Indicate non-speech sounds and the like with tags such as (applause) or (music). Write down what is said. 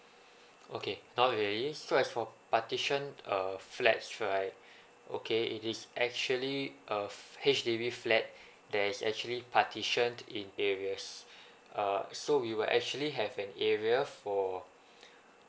okay now already so as for partition uh flats right okay it is actually uh free H_D_B flat there's actually partition in areas (breath) uh so we will actually have an area for (breath)